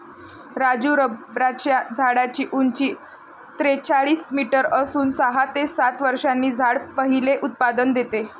राजू रबराच्या झाडाची उंची त्रेचाळीस मीटर असून सहा ते सात वर्षांनी झाड पहिले उत्पादन देते